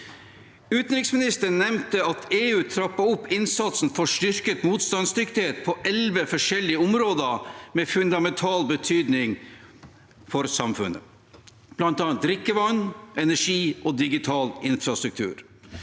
Utenriksministeren nevnte at EU trapper opp innsatsen for styrket motstandsdyktighet på elleve forskjellige områder med fundamental betydning for samfunnet, bl.a. drikkevann, energi og digital infrastruktur.